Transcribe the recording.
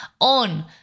on